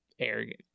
arrogant